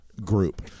group